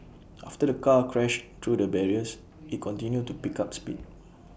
after the car crashed through the barriers IT continued to pick up speed